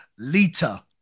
lita